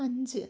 അഞ്ച്